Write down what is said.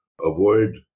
avoid